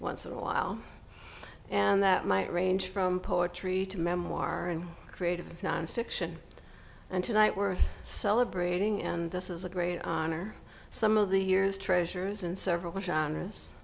once in a while and that might range from poetry to memoir and creative nonfiction and tonight we're celebrating and this is a great honor some of the year's treasures and several which honors